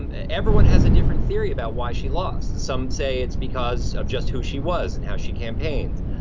and everyone has a different theory about why she lost. some say it's because of just who she was and how she campaigns.